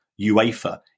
UEFA